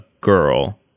girl